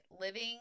Living